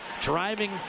driving